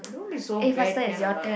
don't be so bad can or not